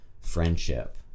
friendship